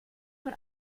von